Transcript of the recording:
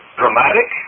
dramatic